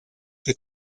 che